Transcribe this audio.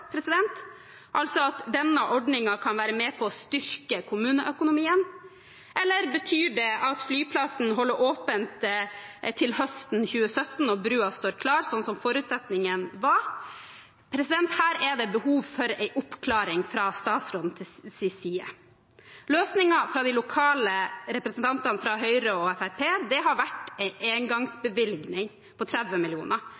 altså at denne ordningen kan være med på å styrke kommuneøkonomien? Eller betyr det at flyplassen holder åpent til høsten 2017 når broen står klar, sånn som forutsetningen var? Her er det behov for en oppklaring fra statsrådens side. Løsningen fra de lokale representantene fra Høyre og Fremskrittspartiet har vært en engangsbevilgning på 30